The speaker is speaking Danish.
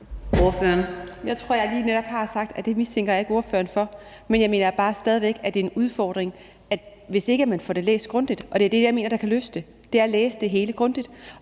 Jeg tror, at jeg lige netop har sagt, at det mistænker jeg ikke ordføreren for. Men jeg mener bare stadig væk, at det er en udfordring, hvis ikke man får det læst grundigt, og det, jeg mener kan løse det, er at læse det hele grundigt